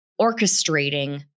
orchestrating